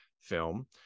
film